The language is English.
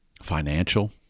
Financial